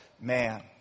man